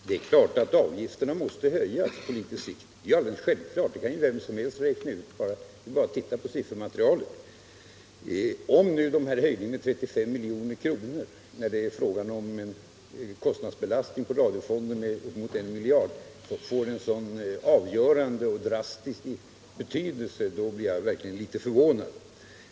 Herr talman! Det är alldeles självklart att avgifterna måste höjas på litet sikt. Det kan vem som helst räkna ut genom att bara titta på siffermaterialet. Om nu höjningen med 35 milj.kr. mot bakgrunden av kostnadsbelastningen på radiofonden med 1 miljard får en så avgörande och drastisk betydelse, blir jag verkligen litet förvånad.